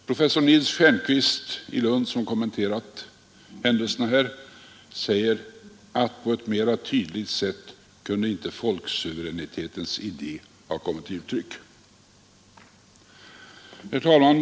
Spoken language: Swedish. Professor Nils Stjernquist i Lund som kommenterat dessa händelser säger att på ett mera tydligt sätt kunde folksuveränitetens idé inte ha kommit till uttryck. Herr talman!